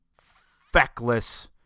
feckless